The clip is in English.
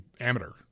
amateur